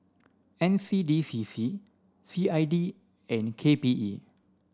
N C D C C C I D and K P E